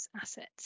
assets